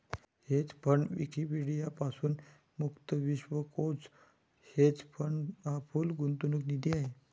hedge fund Wikipedia पासून मुक्त विश्वकोश हेज फंड हा पूल गुंतवणूक निधी आहे